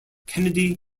kennedy